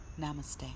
namaste